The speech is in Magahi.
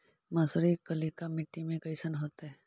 मसुरी कलिका मट्टी में कईसन होतै?